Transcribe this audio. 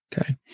Okay